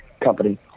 company